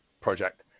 project